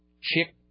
chick